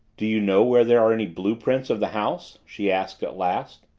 do you know where there are any blue-prints of the house? she asked at last.